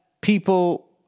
people